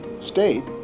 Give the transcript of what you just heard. state